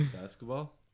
Basketball